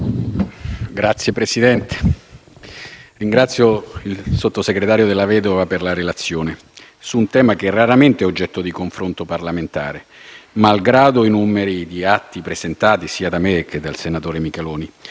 Signor Presidente, ringrazio il sottosegretario Della Vedova per la relazione su un tema che raramente è oggetto di confronto parlamentare, malgrado il numero di atti presentati sia da me che dal senatore Micheloni.